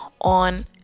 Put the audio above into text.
on